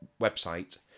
website